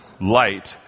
light